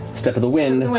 step of the wind,